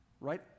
right